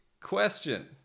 question